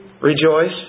rejoice